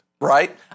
right